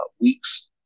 weeks